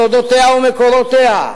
סודותיה ומקורותיה,